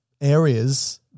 areas